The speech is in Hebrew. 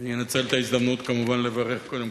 אני אנצל את ההזדמנות כמובן לברך קודם